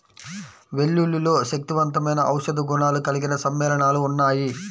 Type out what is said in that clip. వెల్లుల్లిలో శక్తివంతమైన ఔషధ గుణాలు కలిగిన సమ్మేళనాలు ఉన్నాయి